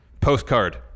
postcard